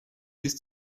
bis